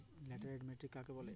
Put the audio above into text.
Laterite মাটি কাকে বলে?